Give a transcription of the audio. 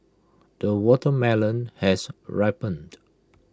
the watermelon has ripened